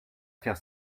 faire